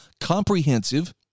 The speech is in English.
comprehensive